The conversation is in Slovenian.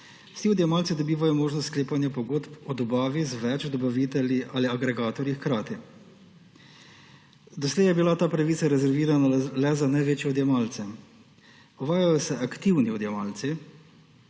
Vsi odjemalci dobivajo možnost sklepanja pogodb o dobavi z več dobavitelji ali agregatorji hkrati. Doslej je bila ta pravica rezervirana le za največje odjemalce. Uvajajo se aktivni odjemalci,